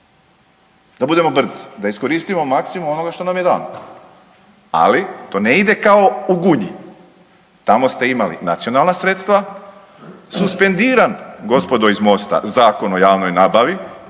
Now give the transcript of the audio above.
da budemo brzi, da iskoristimo maksimum onoga što nam je dano. Ali to ne ide kao u Gunji. Tamo ste imali nacionalna sredstva, suspendiran gospodo iz MOST-a Zakon o javnoj nabavi,